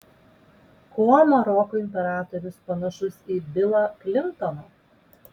kuo maroko imperatorius panašus į bilą klintoną